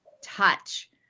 touch